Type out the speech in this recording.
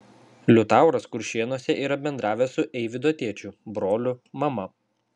liutauras kuršėnuose yra bendravęs su eivydo tėčiu broliu mama